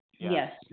Yes